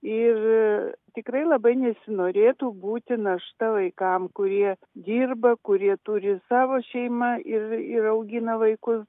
ir tikrai labai nesinorėtų būti našta vaikam kurie dirba kurie turi savo šeimą ir ir augina vaikus